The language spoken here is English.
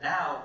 Now